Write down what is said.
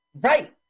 Right